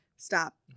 Stop